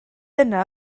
yna